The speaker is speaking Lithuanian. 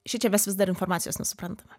šičia mes vis dar informacijos nesuprantame